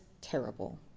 terrible